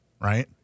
right